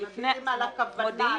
שמודיעים על הכוונה להודיע.